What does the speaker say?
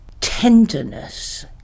tenderness